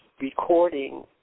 recording